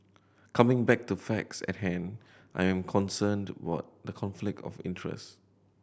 coming back to facts at hand I am concerned were the conflict of interest